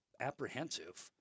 apprehensive